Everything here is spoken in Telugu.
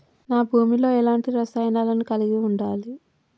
నా భూమి లో ఎలాంటి రసాయనాలను కలిగి ఉండాలి?